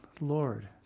Lord